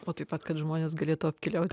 o taip pat kad žmonės galėtų apkeliaut